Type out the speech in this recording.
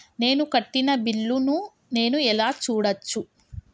నేను కట్టిన బిల్లు ను నేను ఎలా చూడచ్చు?